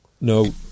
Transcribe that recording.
No